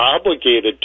obligated